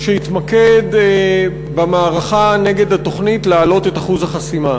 שהתמקד במערכה נגד התוכנית להעלות את אחוז החסימה,